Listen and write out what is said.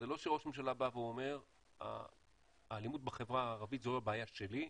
זה לא שראש הממשלה בא ואומר שהאלימות בחברה הערבית זו הבעיה שלי,